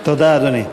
תודה, אדוני.